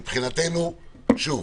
שוב,